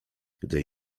gdy